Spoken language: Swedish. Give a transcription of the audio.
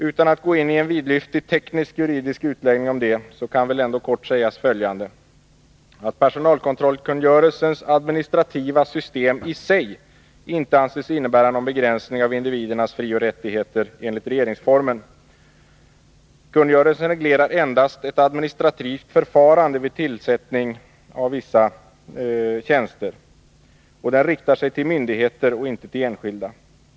Utan att gå in på en vidlyftig teknisk-juridisk utläggning om det kan väl ändå kort sägas följande. Personalkontrollkungörelsens administrativa system i sig anses inte innebära någon begränsning av individernas frioch rättigheter enligt regeringsformen. Kungörelsen reglerar endast ett administrativt förfarande vid tillsättning av vissa tjänster. Den riktar sig till myndigheter och inte till enskilda.